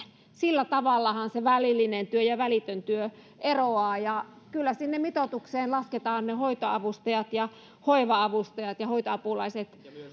sillä tavallahan se välillinen työ ja välitön työ eroavat ja kyllä sinne mitoitukseen lasketaan ne hoitoavustajat ja hoiva avustajat ja hoitoapulaiset